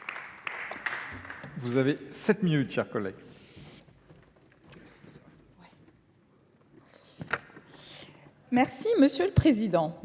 Vous avez 7 minutes, cher collègue. Merci Monsieur le Président.